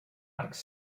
arcs